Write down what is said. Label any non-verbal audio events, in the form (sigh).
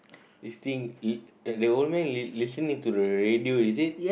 is thing it (noise) they only listening to the radio is it